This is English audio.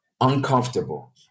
uncomfortable